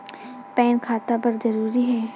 Pan खाता बर जरूरी हे?